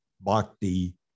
bhakti